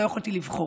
לא יכולתי לבחור.